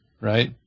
right